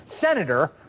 senator